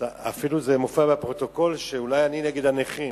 זה אפילו מופיע בפרוטוקול שאני אולי נגד הנכים.